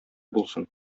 булсын